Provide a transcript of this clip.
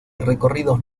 recorridos